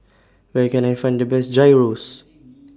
Where Can I Find The Best Gyros